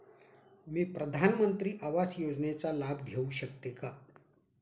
मी प्रधानमंत्री आवास योजनेचा लाभ घेऊ शकते का?